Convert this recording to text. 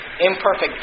imperfect